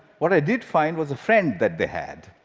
what i did find was a friend that they had,